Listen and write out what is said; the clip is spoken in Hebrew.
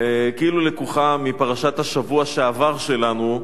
כאילו לקוחה מפרשת השבוע שעבר שלנו.